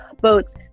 boats